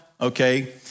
okay